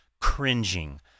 cringing